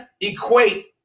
equate